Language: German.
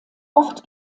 ort